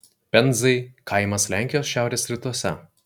penzai kaimas lenkijos šiaurės rytuose